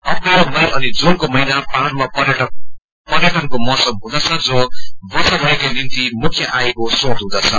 April May अनि जूनको महिना पहाङमा पर्यटनको मौसम हुँदछ जो वर्षमीर कै निम्ति मुख्य आयको श्रोत हुँदछ